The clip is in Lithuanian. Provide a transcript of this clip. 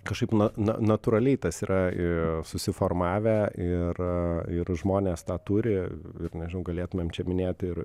kažkaip na na natūraliai tas yra i susiformavę ir ir žmonės tą turi ir neži galėtumėm čia minėt ir